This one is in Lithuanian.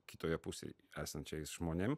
kitoje pusėj esančiais žmonėm